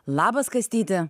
labas kastyti